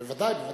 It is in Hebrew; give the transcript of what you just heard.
בוודאי.